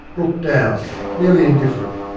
looked down, merely indifferent.